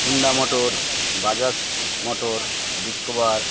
Honda motor Bajaj motor Discover